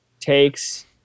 takes